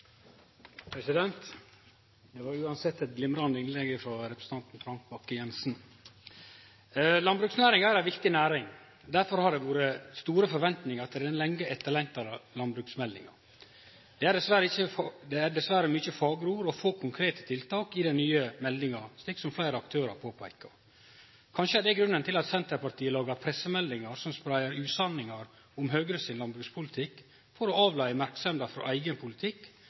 ei viktig næring. Derfor har det vore store forventningar til den lenge etterlengta landbruksmeldinga. Det er dessverre mange fagre ord og få konkrete tiltak i den nye meldinga, slik som fleire aktørar påpeikar. Kanskje det er grunnen til at Senterpartiet lagar pressemeldingar som spreier usanningar om Høgre sin landbrukspolitikk for å avleie merksemda frå eigen politikk